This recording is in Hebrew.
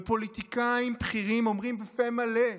ופוליטיקאים בכירים אומרים בפה מלא,